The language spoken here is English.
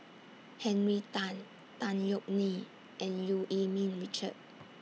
Henry Tan Tan Yeok Nee and EU Yee Ming Richard